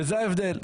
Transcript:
זה ההבדל.